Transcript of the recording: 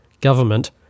government